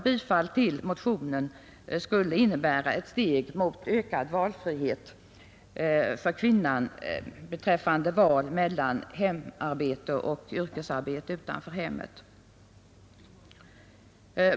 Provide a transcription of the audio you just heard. Bifall till motionen skulle innebära ett steg mot ökad valfrihet för kvinnan beträffande val mellan hemarbete och yrkesarbete utanför hemmet.